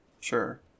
sure